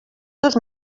dos